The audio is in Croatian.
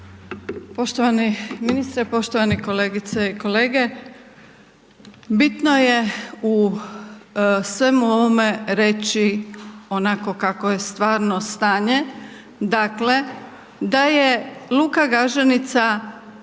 Poštovani ministre, poštovane kolegice i kolege, bitno je svemu ovome reći onako kako je stvarno stanje, dakle, da je luka Gaženica